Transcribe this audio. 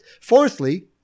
Fourthly